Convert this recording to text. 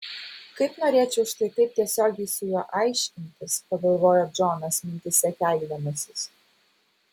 kaip norėčiau štai taip tiesiogiai su juo aiškintis pagalvojo džonas mintyse keikdamasis